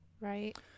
Right